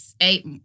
eight